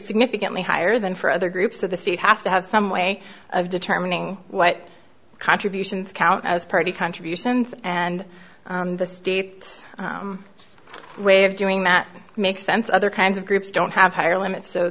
significantly higher than for other groups so the state has to have some way of determining what contributions count as party contributions and the state way of doing that makes sense other kinds of groups don't have higher limits so